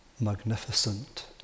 magnificent